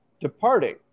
departing